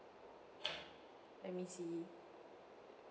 let me see